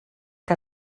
que